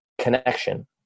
connection